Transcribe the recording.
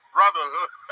Brotherhood